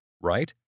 right